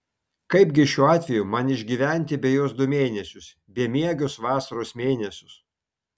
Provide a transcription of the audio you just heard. kaipgi šiuo atveju man išgyventi be jos du mėnesius bemiegius vasaros mėnesius